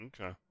Okay